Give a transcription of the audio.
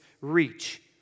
reach